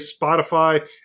Spotify